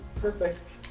Perfect